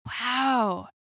Wow